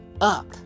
up